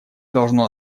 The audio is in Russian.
должно